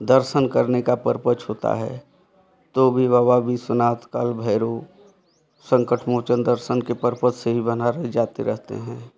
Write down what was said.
दर्शन करने का पर्पछ होता है तो भी बाबा विश्वनाथ का भी भैरों संकट मोचन दर्शन के पर्पस से भी बनारस जाते रहते हैं